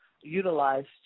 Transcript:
Utilized